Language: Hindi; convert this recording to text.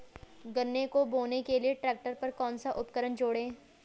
गन्ने को बोने के लिये ट्रैक्टर पर कौन सा उपकरण जोड़ें?